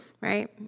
right